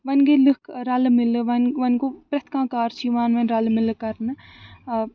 وَنہِ گٔے لُکھ رلہٕ مِلہٕ وۄنۍ وۄنۍ گوٚو پرٛٮ۪تھ کانٛہہ کار چھِ یِوان وۄنۍ رَلہٕ مِلہٕ کرنہٕ